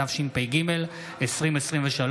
התשפ"ג 2023,